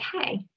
okay